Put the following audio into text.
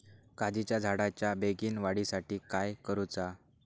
काजीच्या झाडाच्या बेगीन वाढी साठी काय करूचा?